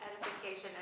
Edification